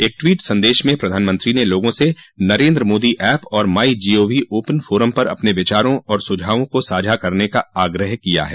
एक ट्वीट संदेश में प्रधानमंत्री ने लोगों से नरेन्द्र मोदी ऐप और my G O V open forum पर अपने विचारों और सुझावों को साझा करने का आग्रह किया है